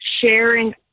sharing